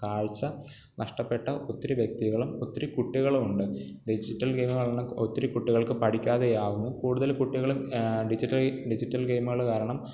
കാഴ്ച നഷ്ടപ്പെട്ട ഒത്തിരി വ്യക്തികളും ഒത്തിരി കുട്ടികളുമുണ്ട് ഡിജിറ്റൽ ഗെയിം കാരണം ഒത്തിരി കുട്ടികൾക്ക് പഠിക്കാതെ ആകുന്നു കൂടുതൽ കുട്ടികളും ഡിജിറ്റലി ഡിജിറ്റൽ ഗെയിമുകൾ കാരണം